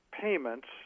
payments